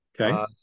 Okay